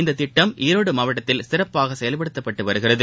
இந்ததிட்டம் ஈரோடுமாவட்டத்தில் சிறப்பாகசெயல்படுத்தப்பட்டுவருகிறது